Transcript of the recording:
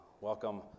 welcome